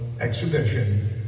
exhibition